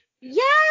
yes